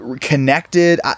connected